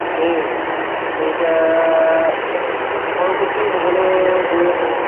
সেয়েহে আমি এতিয়া চহৰমুখি হ'বলৈ গৈ আছোঁ